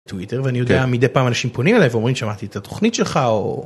טוויטר ואני יודע מדי פעם אנשים פונים עלי ואומרים שמעתי את התוכנית שלך.